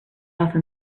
offer